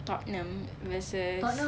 tottenham versus